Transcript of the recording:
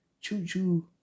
choo-choo